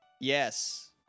Yes